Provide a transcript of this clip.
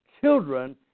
children